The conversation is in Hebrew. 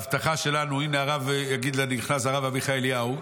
הינה, נכנס השר עמיחי אליהו,